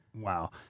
Wow